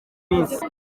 minsi